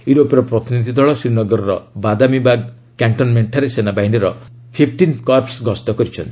ୟୁରୋପୀୟ ପ୍ରତିନିଧି ଦଳ ଶ୍ରୀନଗରର ବାଦାମୀବାଦ କ୍ୟାକ୍ଷନ୍ମେଣ୍ଟଠାରେ ସେନାବାହିନୀର ଫିପ୍ଟିନ୍ କର୍ପ୍ସ୍ ଗସ୍ତ କରିଛନ୍ତି